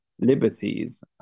liberties